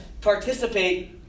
participate